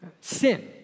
Sin